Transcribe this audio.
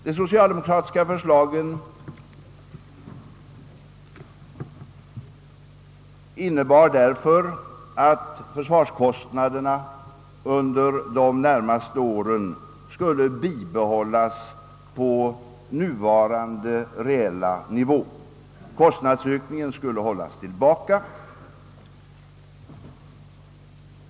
De socialdemokratiska förslagen innebär att försvarskostnaderna under de närmaste åren skulle bibehållas på nuvarande reella nivå — kostnadsökning en skulle hållas tillbaka.